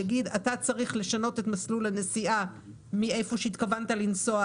ויגיד: אתה צריך לשנות את מסלול הנסיעה מאיפה שהתכוונת לנסוע,